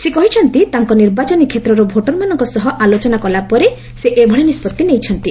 ସେ କହିଛନ୍ତି ତାଙ୍କ ନିର୍ବାଚନୀ କ୍ଷେତ୍ରର ଭୋଟର୍ମାନଙ୍କ ସହ ଆଲୋଚନା କଲା ପରେ ସେ ଏଭଳି ନିଷ୍ପତ୍ତି ନେଇଛନ୍ତି